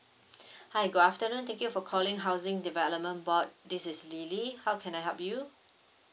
hi good afternoon thank you for calling housing development board this is lily how can I help you